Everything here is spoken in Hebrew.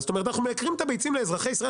זאת אומרת אנחנו מייקרים את הביצים לאזרחי ישראל.